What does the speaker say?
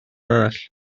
arall